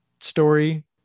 story